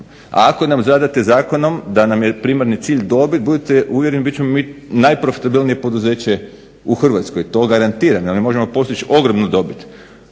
ako nam zadate zakonom da nam je primarni cilj dobit, budite uvjereni biti ćemo najprofitabilnije poduzeće u Hrvatskoj, to garantiramo, možemo postići ogromnu dobit